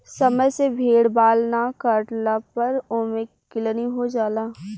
समय से भेड़ बाल ना काटला पर ओमे किलनी हो जाला